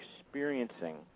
experiencing